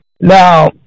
now